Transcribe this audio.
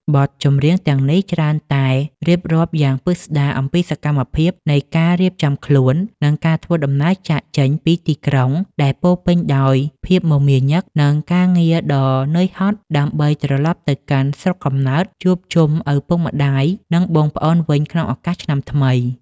បទចម្រៀងទាំងនេះច្រើនតែរៀបរាប់យ៉ាងពិស្តារអំពីសកម្មភាពនៃការរៀបចំខ្លួន និងការធ្វើដំណើរចាកចេញពីទីក្រុងដែលពោរពេញដោយភាពមមាញឹក និងការងារដ៏នឿយហត់ ដើម្បីត្រឡប់ទៅកាន់ស្រុកកំណើតជួបជុំឪពុកម្តាយ និងបងប្អូនវិញក្នុងឱកាសឆ្នាំថ្មី។